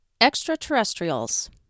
Extraterrestrials